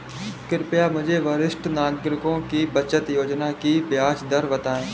कृपया मुझे वरिष्ठ नागरिकों की बचत योजना की ब्याज दर बताएं